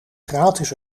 gratis